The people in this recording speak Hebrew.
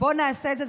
בוא ונעשה את זה.